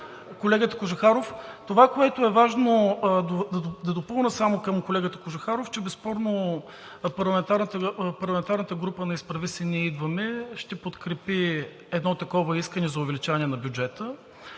колегата Кожухаров, това, което е важно – да допълня само колегата Кожухаров, че безспорно парламентарната група на „Изправи се БГ! Ние идваме!“ ще подкрепи едно такова искане за увеличаване на бюджета,